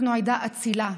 אנחנו עדה אצילה,